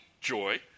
joy